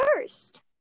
first